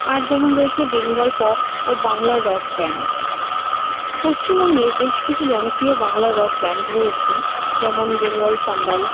আর যেমন রয়েছে বেঙ্গল পপ ও বাংলার রক ব্যান্ড পশ্চিমবঙ্গে বেশ কিছু জনপ্রিয় বাংলা রক ব্যান্ড রয়েছে যেমন বেঙ্গল সাম্বাল